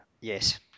Yes